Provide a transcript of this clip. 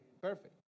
Perfect